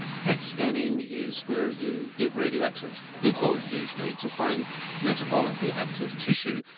pet scanning is where you give radioactive glucose, usually to find metabolically active tissue,